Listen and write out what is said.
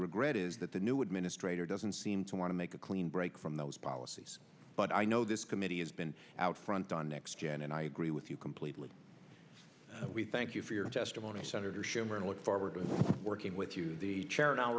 regret is that the new administrator doesn't seem to want to make a clean break from those policies but i know this committee has been out front on next gen and i agree with you completely we thank you for your testimony senator schumer and look forward to working with you the chair now